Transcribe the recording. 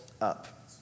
up